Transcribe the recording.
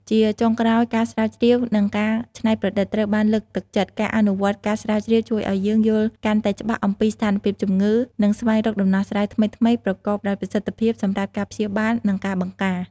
ជាចុងក្រោយ ការស្រាវជ្រាវ និងការច្នៃប្រឌិត ត្រូវបានលើកទឹកចិត្ត ការអនុវត្តការស្រាវជ្រាវជួយឱ្យយើងយល់កាន់តែច្បាស់អំពីស្ថានភាពជំងឺ និងស្វែងរកដំណោះស្រាយថ្មីៗ ប្រកបដោយប្រសិទ្ធភាពសម្រាប់ការព្យាបាល និងការបង្ការ។